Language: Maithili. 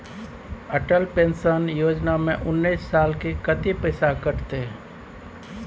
अटल पेंशन योजना में उनैस साल के कत्ते पैसा कटते?